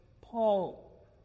Paul